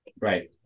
Right